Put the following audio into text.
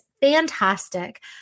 Fantastic